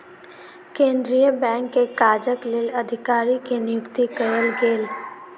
केंद्रीय बैंक के काजक लेल अधिकारी के नियुक्ति कयल गेल